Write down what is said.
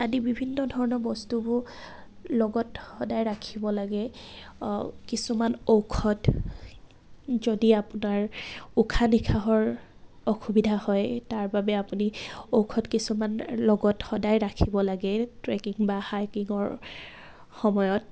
আদি বিভিন্ন ধৰণৰ বস্তুবোৰ লগত সদায় ৰাখিব লাগে কিছুমান ঔষধ যদি আপোনাৰ উশাহ নিশাহৰ অসুবিধা হয় তাৰ বাবে আপুনি ঔষধ কিছুমান লগত সদায় ৰাখিব লাগে ট্ৰেকিং বা হাইকিঙৰ সময়ত